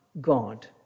God